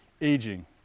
aging